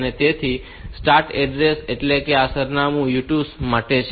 તેથી start address એટલે કે આ સરનામું u2 માટે છે